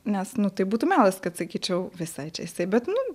nes nu tai būtų melas kad sakyčiau visai čia jisai bet nu